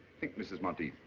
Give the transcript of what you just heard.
think mrs. monteith.